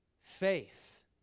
faith